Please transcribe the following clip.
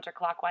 counterclockwise